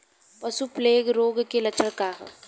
पशु प्लेग रोग के लक्षण का ह?